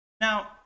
Now